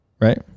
Right